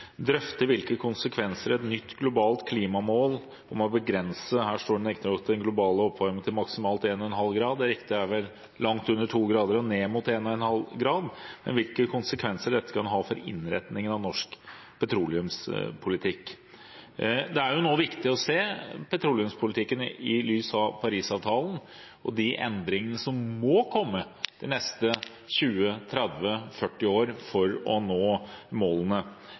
drøfte hvilke konsekvenser et nytt globalt klimamål om å begrense den globale oppvarmingen – her står det til maksimalt 1,5 grader, det riktige er vel langt under 2 grader og ned mot 1,5 grader – kan ha for innretningen av norsk petroleumspolitikk. Det er nå viktig å se petroleumspolitikken i lys av Paris-avtalen og de endringene som må komme de neste 20–30–40 årene for at målene skal nås. Da blir mitt spørsmål: Er statsråden enig i at det nå